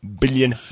billion